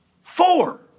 Four